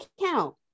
account